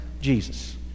Jesus